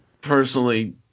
personally